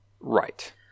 Right